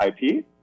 IP